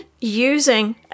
using